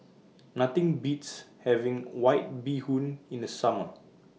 Nothing Beats having White Bee Hoon in The Summer